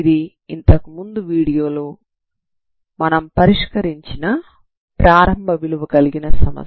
ఇది ఇంతకుముందు వీడియోలో మనం పరిష్కరించిన ప్రారంభ విలువ కలిగిన సమస్య